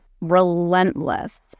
relentless